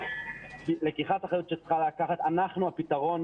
לקיחת אחריות שיש לקחת אנחנו הפתרון,